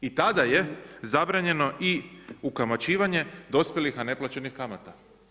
I tada je zabranjeno i ukamaćivanje dospjelih a neplaćenih kamata.